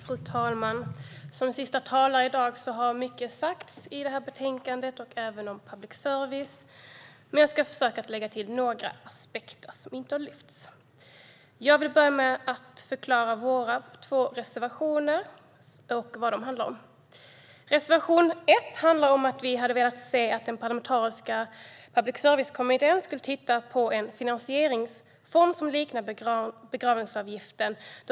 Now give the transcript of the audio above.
Fru talman! Eftersom jag är den sista talaren i den här debatten har mycket redan sagts om detta betänkande och även om public service. Men jag ska försöka lägga till några aspekter som inte har lyfts fram. Jag vill börja med att förklara vad våra två reservationer handlar om. Reservation 1 handlar om att vi hade velat att den parlamentariska public service-kommittén skulle titta på en finansieringsform som liknar begravningsavgiften.